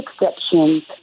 exceptions